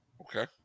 Okay